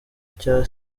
cya